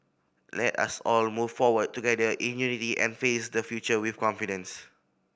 let us all move forward together in unity and face the future with confidence